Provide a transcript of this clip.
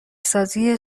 سازی